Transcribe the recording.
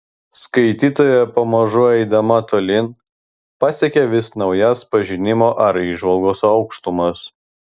skaitytoja pamažu eidama tolyn pasiekia vis naujas pažinimo ar įžvalgos aukštumas